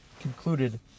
concluded